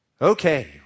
Okay